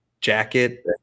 jacket